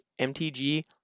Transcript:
MTG